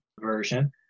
version